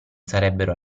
sarebbero